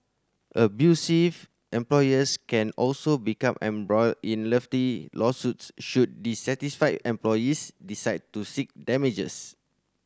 abusive employers can also become embroiled in hefty lawsuits should dissatisfied employees decide to seek damages